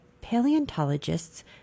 paleontologists